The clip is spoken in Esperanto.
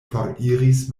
foriris